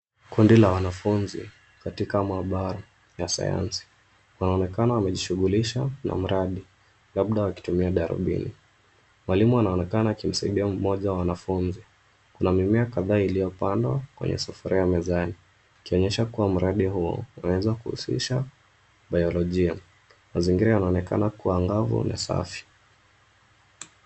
Kundi la wanafunzi katika mabara ya sayansi. Inaonekana wamejishughulisha na mradi labda wakitumia darubini. Mwalimu anaonekana akimsaidia mmoja wa wanafunzi. Kuna mimea kadhaa iliyopandwa kwenye sufuria mezani ikionyesha kuwa mradi huo unaweza kuhusisha biolojia. Mazingira yanaonekana kuwa angavu na safi.